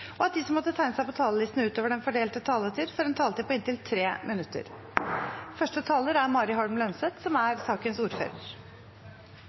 og de som måtte tegne seg på talerlisten utover den fordelte taletid, får en taletid på inntil 3 minutter.